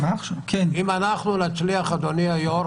אדוני היושב-ראש,